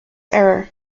error